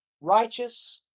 righteous